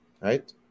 Right